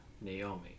naomi